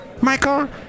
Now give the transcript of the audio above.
Michael